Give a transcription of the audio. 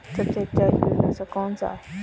सबसे अच्छा कीटनाशक कौनसा है?